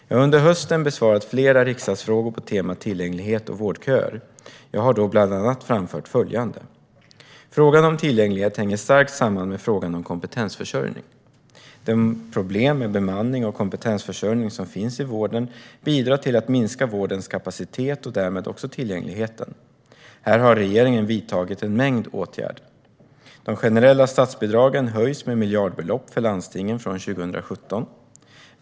Jag har under hösten besvarat flera riksdagsfrågor på temat tillgänglighet och vårdköer. Jag har då bland annat framfört följande. Frågan om tillgänglighet hänger starkt samman med frågan om kompetensförsörjning. De problem med bemanning och kompetensförsörjning som finns i vården bidrar till att minska vårdens kapacitet och därmed också tillgängligheten. Här har regeringen vidtagit en mängd åtgärder. De generella statsbidragen höjs med miljardbelopp för landstingen 2017.